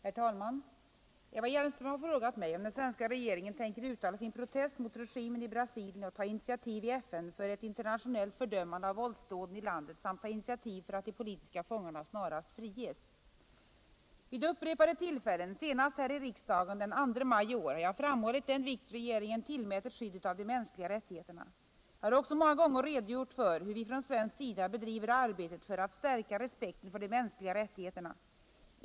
Herr talman! Eva Hjelmström har frågat mig om den svenska regeringen tänker uttala sin protest mot regimen i Brasilien och ta initiativ i FN för ett internationellt fördömande av våldsdåden i landet samt ta initiativ för att de politiska fångarna snarast friges. Vid upprepade tillfällen, senast här i riksdagen den 2 maj i år, har jag framhållit den vikt regeringen tillmäter skyddet av de mänskliga rättigheterna. Jag har också många gånger redogjort för hur vi från svensk sida bedriver arbetet för att stärka respekten för de mänskliga rättigheterna.